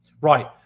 Right